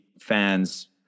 fans